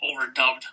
overdubbed